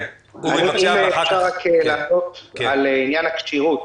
אם אפשר לענות על עניין הכשירוּת.